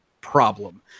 problem